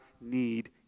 need